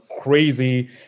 crazy